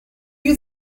you